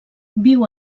viu